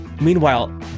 Meanwhile